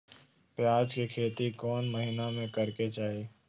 प्याज के खेती कौन महीना में करेके चाही?